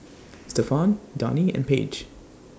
Stephon Donie and Paige